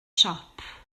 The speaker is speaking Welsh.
siop